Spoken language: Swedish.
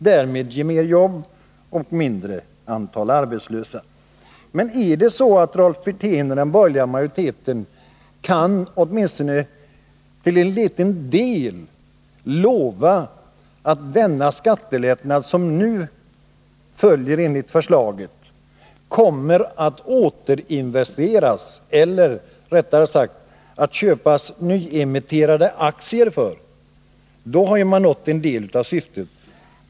Det ger mer jobb och mindre antal arbetslösa. Men kan Rolf Wirtén och den borgerliga majoriteten åtminstone till en liten del lova att den skattelättnad som blir följden av förslaget kommer att återinvesteras — eller rättare sagt att det köps nyemitterade aktier för den — har man nått en del av syftet.